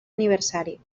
aniversari